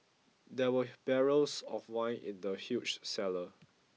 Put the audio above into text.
there were barrels of wine in the huge cellar